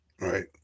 Right